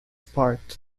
parked